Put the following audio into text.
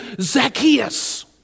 Zacchaeus